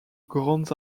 grandes